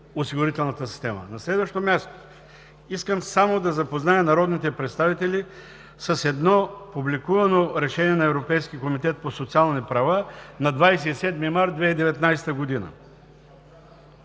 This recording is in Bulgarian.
осигурителната система. На следващо място, искам да запозная народните представители с едно публикувано решение на Европейския комитет по социални права на 27 март 2019 г.